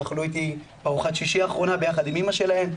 הם אכלו איתי בארוחת שישי האחרונה ביחד עם אמא שלהם,